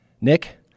Nick